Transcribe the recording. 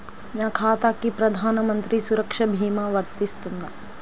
నా ఖాతాకి ప్రధాన మంత్రి సురక్ష భీమా వర్తిస్తుందా?